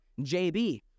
JB